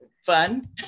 Fun